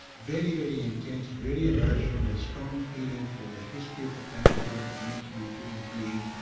very, very intense, very emotional a strong feeling for the history of the country, what it means to be a human being,